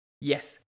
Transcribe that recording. Yes